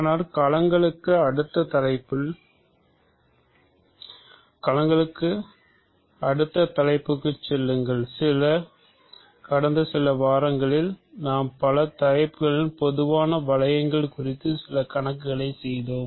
ஆனால் களங்களுக்கு அடுத்த தலைப்புக்குச் செல்லுங்கள் கடந்த சில வாரங்களில் நாம் பல தலைப்புகளில் பொதுவான வளையங்கள் குறித்து சில கணக்குகளைச் செய்தோம்